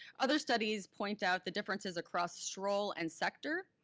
other studies point out the differences across stroll and sector.